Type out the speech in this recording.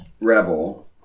Rebel